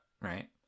right